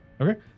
Okay